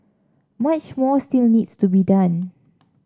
much more still needs to be done